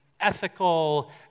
ethical